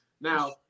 Now